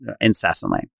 incessantly